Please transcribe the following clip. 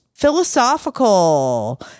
philosophical